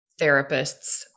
therapists